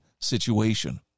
situation